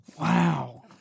Wow